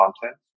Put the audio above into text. content